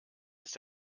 ist